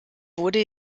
wurde